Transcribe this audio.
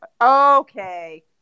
Okay